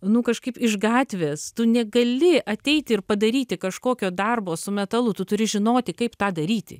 nu kažkaip iš gatvės tu negali ateit ir padaryti kažkokio darbo su metalu tu turi žinoti kaip tą daryti